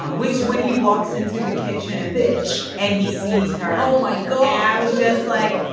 um which when he walks into the kitchen, bitch, and he sees her, oh, my god i was just like,